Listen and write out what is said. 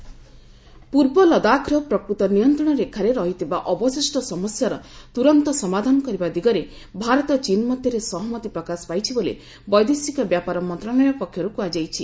India China ପୂର୍ବାଞ୍ଚଳ ଲାଦାଖର ପ୍ରକୃତ ନିୟନ୍ତ୍ରଣ ରେଖାରେ ରହିଥିବା ଅବଶିଷ୍ଟ ସମସ୍ୟାର ଦୁଇପକ୍ଷ ତୁରନ୍ତ ସମାଧାନ କରିବା ଉଚିତ ବୋଲି ଭାରତ ଚୀନ ମଧ୍ୟରେ ସହମତି ପ୍ରକାଶ ପାଇଛି ବୋଲି ବୈଦେଶିକ ବ୍ୟାପାର ମନ୍ତ୍ରଣାଳୟ ପକ୍ଷରୁ କୁହାଯାଇଛି